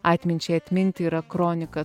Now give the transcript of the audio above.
atminčiai atminti yra kronika